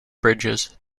bridges